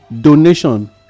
donation